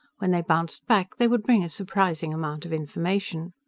when they bounced back, they would bring a surprising amount of information.